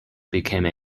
became